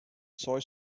soy